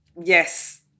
Yes